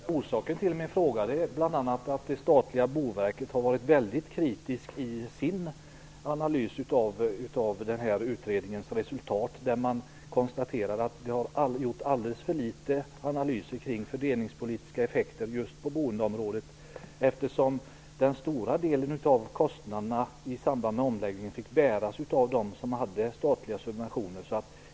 Herr talman! Orsaken till min fråga är bl.a. att statliga Boverket har varit väldigt kritiskt i sin analys av utredningens resultat. Man konstaterar att det har gjorts alldeles för litet analyser kring fördelningspolitiska effekter på boendeområdet. Den stora delen av kostnaderna i samband med omläggningen fick ju bäras av dem som hade statliga subventioner.